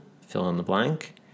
fill-in-the-blank